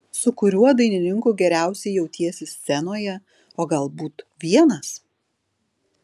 su kuriuo dainininku geriausiai jautiesi scenoje o galbūt vienas